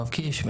יואב קיש,